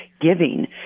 giving